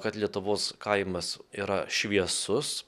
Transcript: kad lietuvos kaimas yra šviesus